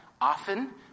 Often